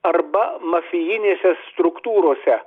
arba mafijinėse struktūrose